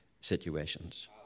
situations